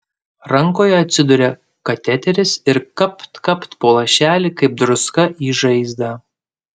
rankoje atsiduria kateteris ir kapt kapt po lašelį kaip druska į žaizdą